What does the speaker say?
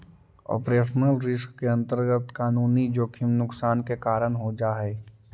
operational risk के अंतर्गत कानूनी जोखिम नुकसान के कारण हो जा हई